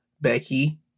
Becky